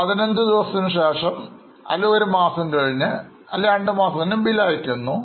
15ദിവസത്തിനുശേഷം അല്ലെങ്കിൽ ഒരു മാസം കഴിഞ്ഞ് അല്ലെങ്കിൽ രണ്ടുമാസം കഴിഞ്ഞ് Bill അയക്കുന്നു